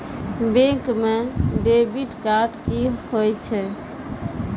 Bank म debit card की होय छै?